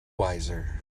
wiser